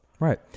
Right